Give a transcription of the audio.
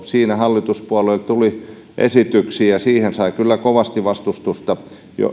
siinä hallituspuolueilta tuli esityksiä ja siihen sai kyllä kovasti vastustusta